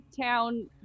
town